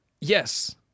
Yes